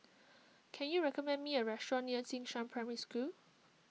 can you recommend me a restaurant near Jing Shan Primary School